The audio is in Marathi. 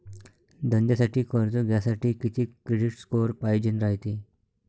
धंद्यासाठी कर्ज घ्यासाठी कितीक क्रेडिट स्कोर पायजेन रायते?